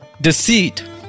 deceit